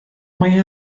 mai